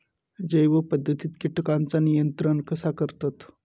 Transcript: जैव पध्दतीत किटकांचा नियंत्रण कसा करतत?